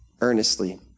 earnestly